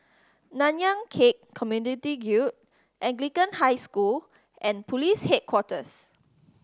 Nanyang Khek Community Guild Anglican High School and Police Headquarters